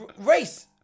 race